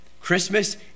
Christmas